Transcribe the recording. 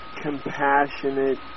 compassionate